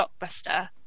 blockbuster